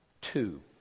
Two